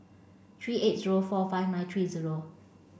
three eight zero four five nine three zero